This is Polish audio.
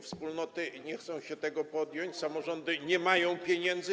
Wspólnoty nie chcą się tego podjąć, samorządy nie mają pieniędzy.